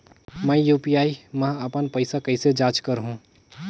मैं यू.पी.आई मा अपन पइसा कइसे जांच करहु?